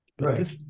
Right